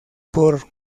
por